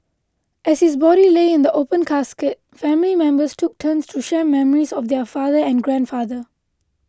as his body lay in the open casket family members took turns to share memories of their father and grandfather